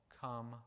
come